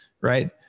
right